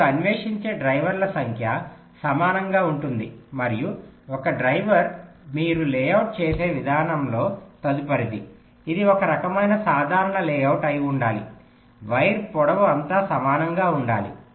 మీరు అన్వేషించే డ్రైవర్ల సంఖ్య సమననంగా ఉంటుంది మరియు ఒక డ్రైవర్ మీరు లేఅవుట్ చేసే విధానంలో తదుపరిది ఇది ఒక రకమైన సాధారణ లేఅవుట్ అయి ఉండాలి వైర్ పొడవు అంతా సమననంగా ఉండాలి